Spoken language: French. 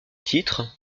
titre